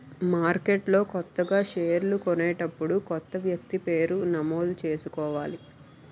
మార్కెట్లో కొత్తగా షేర్లు కొనేటప్పుడు కొత్త వ్యక్తి పేరు నమోదు చేసుకోవాలి